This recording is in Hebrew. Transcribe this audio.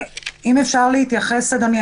אפשר להתייחס, אדוני.